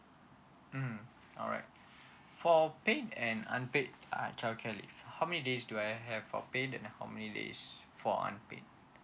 mm alright for paid and unpaid uh child care leave how many days do I have for paid and how many days for unpaid